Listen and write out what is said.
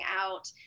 out